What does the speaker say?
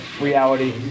reality